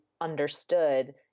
understood